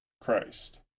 Christ